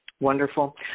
Wonderful